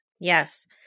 Yes